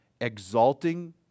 Exalting